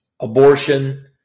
abortion